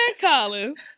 collins